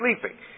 sleeping